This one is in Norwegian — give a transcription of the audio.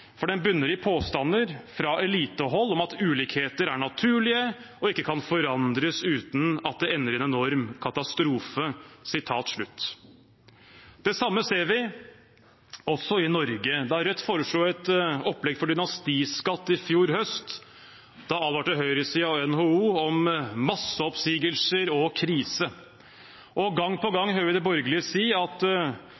for den bunner i påstander fra elitehold om at ulikheter er naturlige og ikke kan forandres uten at det ender i en enorm katastrofe. Det samme ser vi også i Norge. Da Rødt foreslo et opplegg for dynastiskatt i fjor høst, advarte høyresiden og NHO om masseoppsigelser og krise. Og gang på